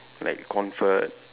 like comfort